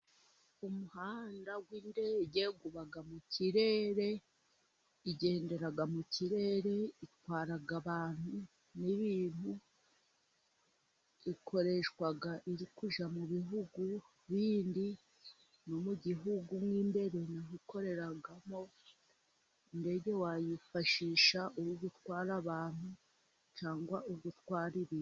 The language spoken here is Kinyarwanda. Umuhanda w'indege uba mu kirere, igendera mu kirere, itwara abantu n'ibintu, ikoreshwa iri kujya mu bihugu bindi no mu gihugu mo imbere iri gukoreramo. Indege wayifashisha uri gutwara abantu, cyangwa uri gutwara ibintu.